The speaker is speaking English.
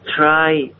try